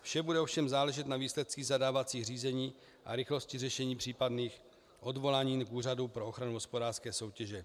Vše bude ovšem záležet na výsledcích zadávacích řízení a rychlosti řešení případných odvolání k Úřadu pro ochranu hospodářské soutěže.